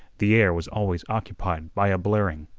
the air was always occupied by a blaring.